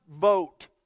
vote